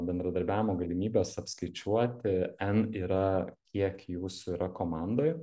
bendradarbiavimo galimybes apskaičiuoti en yra kiek jūsų yra komandoj